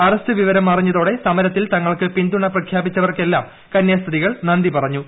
arrest വിവരം അറിഞ്ഞതോടെ സമരത്തിൽ തങ്ങൾക്ക് പിന്തുണ പ്രഖ്യാപിച്ചവർക്കെല്ലാം കന്യാസ്ത്രീകൾ നന്ദി പറഞ്ഞു